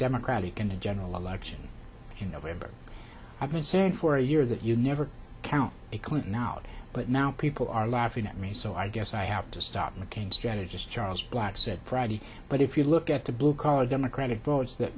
democratic in a general election in november i've been saying for a year that you never count a clinton out but now people are laughing at me so i guess i have to stop mccain strategist charles black said friday but if you look at the blue collar democratic votes that